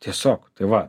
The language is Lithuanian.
tiesiog tai va